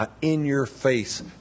in-your-face